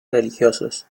religiosos